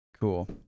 Cool